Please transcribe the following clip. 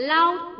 Loud